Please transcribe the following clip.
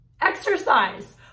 exercise